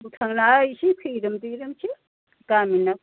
भुटाननिया एसे खैरोम दैरोमसो गामिना